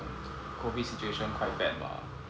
COVID situation quite bad lah